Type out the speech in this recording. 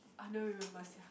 I don't remembers ya